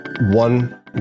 one